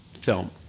film